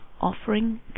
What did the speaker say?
offering